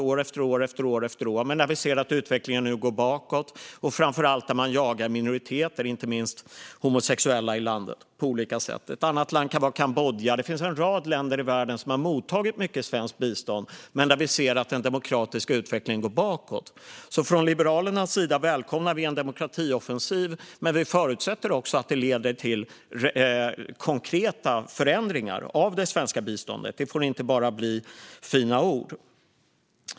Men nu ser vi att utvecklingen går bakåt, framför allt att man på olika sätt jagar minoriteter, inte minst homosexuella. Ett annat exempel är Kambodja. Det finns en rad länder i världen som har mottagit mycket svenskt bistånd men där vi ser att den demokratiska utvecklingen går bakåt. Liberalerna välkomnar en demokratioffensiv. Men vi förutsätter att det leder till konkreta förändringar av det svenska biståndet. Det får inte bara bli fina ord.